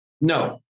No